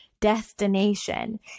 destination